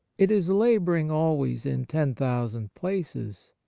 it is labouring always in ten thousand places,